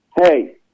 hey